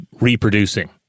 reproducing